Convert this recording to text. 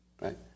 right